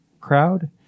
crowd